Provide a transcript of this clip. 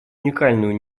уникальную